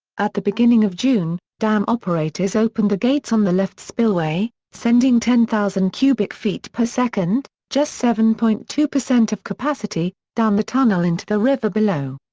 at the beginning of june, dam operators opened the gates on the left spillway, sending ten thousand cubic feet per second, just seven point two of capacity, down the tunnel into the river below.